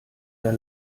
der